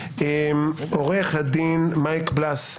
עורך הדין מייק בלס,